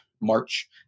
March